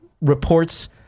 reports